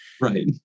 Right